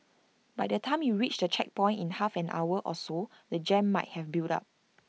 by the time you reach the checkpoint in half an hour or so the jam might have built up